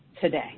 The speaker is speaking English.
today